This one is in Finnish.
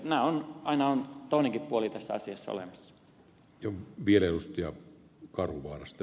elikkä aina on toinenkin puoli tässä asiassa olemassa